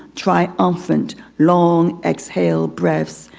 triumphant, long exhale breaths.